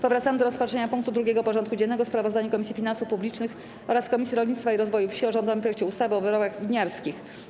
Powracamy do rozpatrzenia punktu 2. porządku dziennego: Sprawozdanie Komisji Finansów Publicznych oraz Komisji Rolnictwa i Rozwoju Wsi o rządowym projekcie ustawy o wyrobach winiarskich.